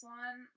one